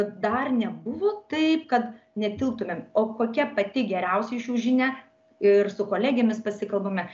dar nebuvo taip kad netilptumėm o kokia pati geriausia iš jų žinia ir su kolegėmis pasikalbame